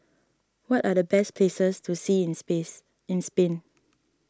what are the best places to see in space in Spain